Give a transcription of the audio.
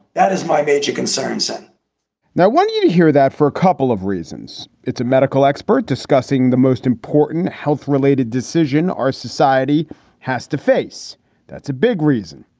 that is my major concerns and now, i want you to hear that for a couple of reasons. it's a medical expert discussing the most important health related decision our society has to face that's a big reason,